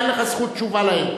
אין לך זכות תשובה להם.